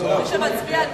16 חברי כנסת